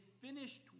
finished